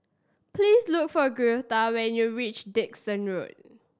please look for Greta when you reach Dickson Road